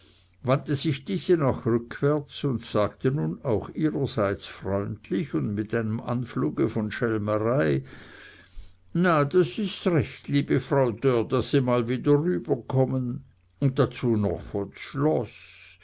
wandte sich diese nach rückwärts und sagte nun auch ihrerseits freundlich und mit einem anfluge von schelmerei na das is recht liebe frau dörr daß sie mal wieder rüberkommen und noch dazu von